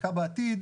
חלקה בעתיד